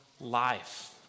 life